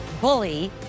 bully